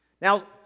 Now